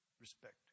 respect